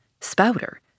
Spouter